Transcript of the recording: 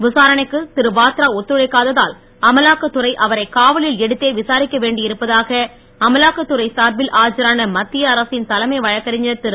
விசாரணைக்கு திரு வத்ரா ஒத்துழைக்காததால் அமலாக்கத்துறை அவரை காவலில் எடுத்தே விசாரிக்க வேண்டி இருப்பதாக அமலாக்கத்துறை சார்பில் ஆஜரான மத்திய அரசின் தலைமை வழக்கறிஞர் திரு